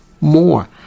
more